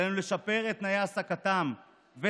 עלינו לשפר את תנאי העסקתם ושכרם.